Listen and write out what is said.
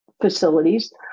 facilities